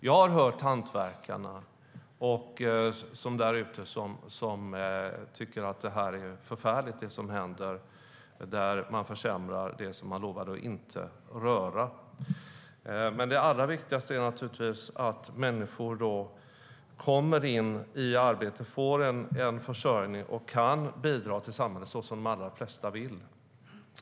Jag har hört hantverkarna där ute som tycker att det som händer är förfärligt, det vill säga att man försämrar det man lovade att inte röra. Det allra viktigaste är dock naturligtvis att människor kommer in i arbete, får en försörjning och kan bidra till samhället - så som de allra flesta vill.